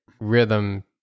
rhythm